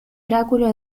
oráculo